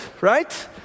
right